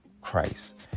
Christ